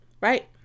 right